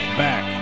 back